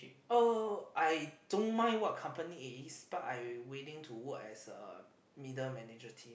oh I don't mind what company it is but I willing to work as a middle manager team